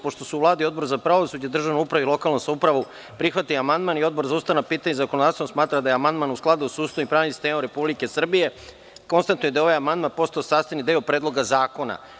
Pošto su Vlada i Odbor za pravosuđe, državnu upravu i lokalnu samoupravu prihvatili amandman, a Odbor za ustavna pitanja i zakonodavstvo smatra da je amandman u skladu sa Ustavom i pravnim sistemom Republike Srbije, konstatujem da je ovaj amandman postao sastavni deo Predloga zakona.